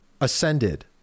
ascended